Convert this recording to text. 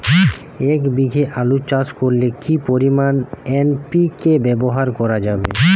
এক বিঘে আলু চাষ করলে কি পরিমাণ এন.পি.কে ব্যবহার করা যাবে?